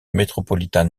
metropolitan